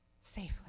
safely